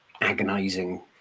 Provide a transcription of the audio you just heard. agonizing